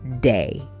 day